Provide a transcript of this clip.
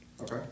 okay